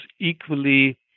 equally